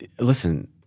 Listen